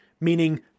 meaning